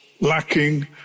lacking